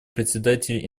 представитель